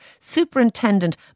Superintendent